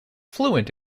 fluent